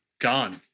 Gone